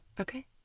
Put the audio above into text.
okay